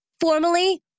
formally